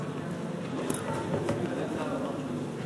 חבר הכנסת נסים זאב.